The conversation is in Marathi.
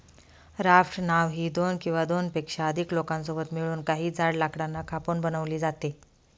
राफ्ट नाव ही दोन किंवा दोनपेक्षा अधिक लोकांसोबत मिळून, काही जाड लाकडांना कापून बनवली जाते